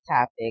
topic